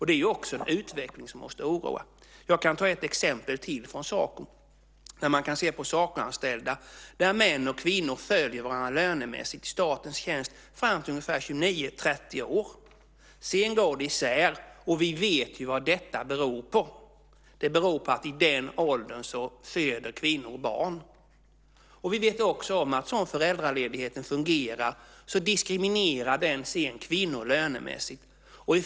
Det är också en oroande utveckling. Jag kan ta ett exempel till från Saco. Sacoanställda kvinnor och män följer varandra lönemässigt i statens tjänst fram till 29-30 års ålder. Sedan går det isär. Vi vet vad det beror på. Det beror på att i den åldern föder kvinnor barn. Vi vet att som föräldraledigheten fungerar diskriminerar den kvinnor lönemässigt.